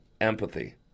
empathy